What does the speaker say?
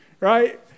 right